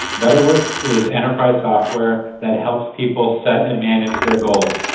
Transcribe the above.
betterworks is enterprise software that helps people set and manage their goals,